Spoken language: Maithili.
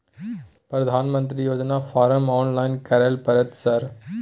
प्रधानमंत्री योजना फारम ऑनलाइन करैले परतै सर?